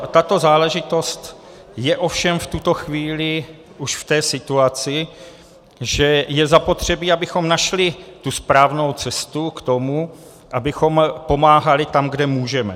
Tato záležitost je ovšem v tuto chvíli už v situaci, že je zapotřebí, abychom našli správnou cestu k tomu, abychom pomáhali tam, kde můžeme.